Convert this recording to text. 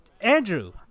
Andrew